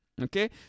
okay